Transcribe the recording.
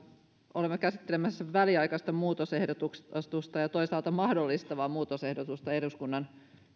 olemme käsittelemässä väliaikaista muutosehdotusta ja toisaalta mahdollistavaa muutosehdotusta eduskunnan